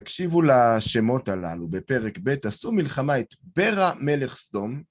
תקשיבו לשמות הללו בפרק ב', עשו מלחמה את ברע מלך סדום.